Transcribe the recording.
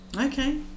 Okay